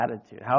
attitude